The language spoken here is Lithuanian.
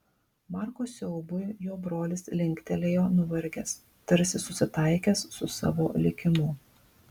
marko siaubui jo brolis linktelėjo nuvargęs tarsi susitaikęs su savo likimu